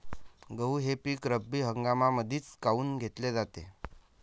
गहू हे पिक रब्बी हंगामामंदीच काऊन घेतले जाते?